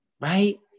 right